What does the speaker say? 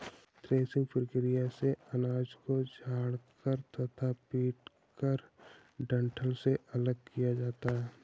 threshing प्रक्रिया में अनाज को झटक कर तथा पीटकर डंठल से अलग किया जाता है